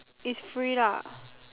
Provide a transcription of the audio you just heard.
is free lah